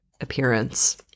appearance